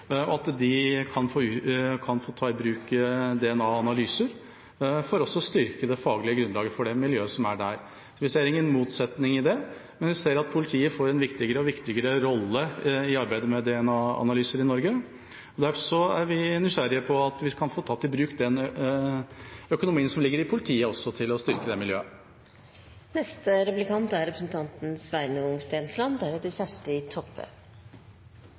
på, at de kan få ta i bruk DNA-analyser for å styrke det faglige grunnlaget for det miljøet som er der. Vi ser ingen motsetning i det. Men vi ser at politiet får en viktigere og viktigere rolle i arbeidet med DNA-analyser i Norge. Så vi er nysgjerrige på å få tatt i bruk den økonomien som ligger i politiet, også til å styrke det miljøet. Samarbeidspartiene ble i budsjettforliket enige om å fordele 30 mill. kr ekstra til utvikling av velferdsteknologi. Representanten